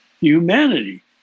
humanity